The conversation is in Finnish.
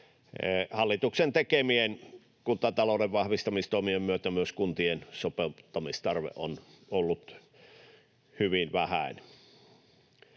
Hallituksen tekemien kuntatalouden vahvistamistoimien myötä myös kuntien sopeuttamistarve on ollut hyvin vähäinen.